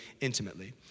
intimately